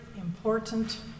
important